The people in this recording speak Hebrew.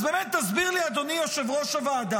אז, באמת, תסביר לי, אדוני יושב-ראש הוועדה,